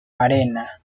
arena